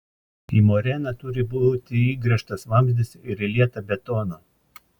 į moreną turi būti įgręžtas vamzdis ir įlieta betono